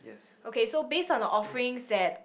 okay so based on the offerings that